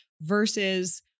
versus